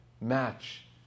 match